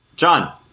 John